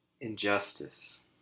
injustice